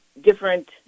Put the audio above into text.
different